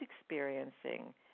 experiencing